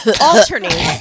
Alternate